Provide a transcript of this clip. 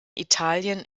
italien